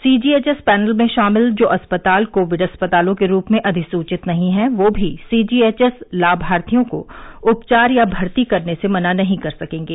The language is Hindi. सीजीएचएस पैनल में शामिल जो अस्पताल कोविड अस्पतालों के रूप में अधिसूचित नहीं हैं वो भी सीजीएचएस लामार्थियों को उपचार या भर्ती करने से मना नहीं कर सकेंगे